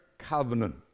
covenant